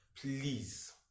please